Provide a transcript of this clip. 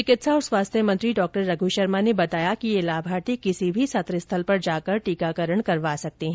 चिकित्सा और स्वास्थ्य मंत्री डॉ रघ् शर्मा ने बताया कि ये लाभार्थी किसी भी सत्र स्थल पर जाकर टीकाकरण करवा सकते हैं